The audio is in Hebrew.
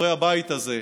חברי הבית הזה,